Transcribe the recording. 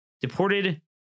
Deported